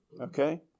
Okay